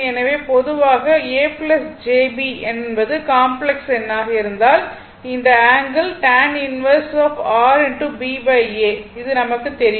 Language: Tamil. எனவே பொதுவாக ஒரு a j b என்பது காம்ப்ளக்ஸ் எண்ணாக இருந்தால் இந்த angle tan 1 r b a இது நமக்கு தெரியும்